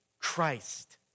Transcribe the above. Christ